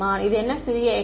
மாணவர் இது என்ன சிறிய x